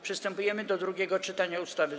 Przystępujemy do drugiego czytania ustawy.